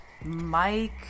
Mike